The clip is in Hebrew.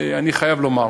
אני חייב לומר: